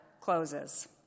closes